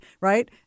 right